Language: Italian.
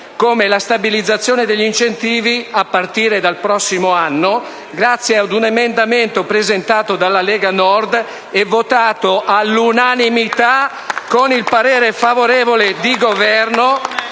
come la stabilizzazione degli incentivi a partire dal prossimo anno, grazie ad un emendamento presentato dalla Lega Nord e votato - lo sottolineo - all'unanimità con il parere favorevole del Governo